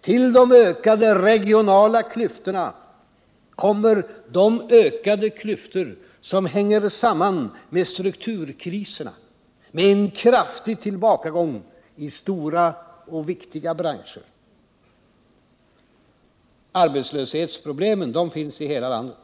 Till de ökade regionala klyftorna kommer de ökade klyftor som hänger samman med strukturkriserna, med en kraftig tillbakagång i stora och viktiga branscher. Arbetslöshetsproblemen finns i hela landet.